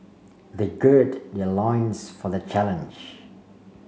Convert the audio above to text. they gird their loins for the challenge